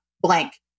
blank